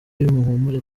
muhumure